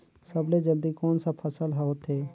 सबले जल्दी कोन सा फसल ह होथे?